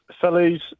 Phillies